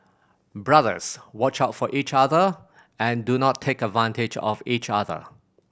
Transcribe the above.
brothers watch out for each other and do not take advantage of each other